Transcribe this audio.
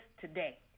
today